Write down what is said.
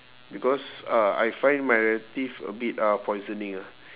because uh I find my relative a bit ah poisoning ah